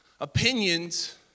Opinions